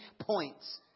points